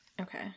Okay